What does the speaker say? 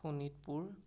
Sonitpur